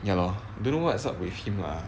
ya lor don't know what's up with him lah